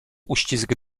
uścisk